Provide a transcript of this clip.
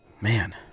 man